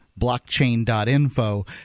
blockchain.info